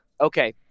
Okay